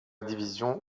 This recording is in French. division